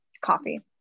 Coffee